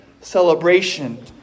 celebration